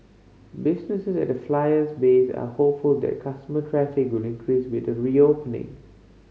businesses at the Flyer's base are hopeful that customer traffic will increase with the reopening